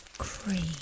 Cream